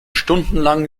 stundenlang